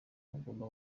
bugomba